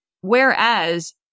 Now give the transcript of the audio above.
Whereas